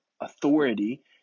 authority